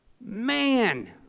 man